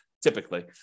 typically